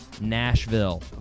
Nashville